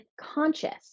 conscious